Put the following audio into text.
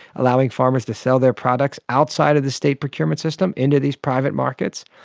allowing farmers to sell their products outside of the state procurement system into these private markets.